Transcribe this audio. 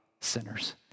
sinners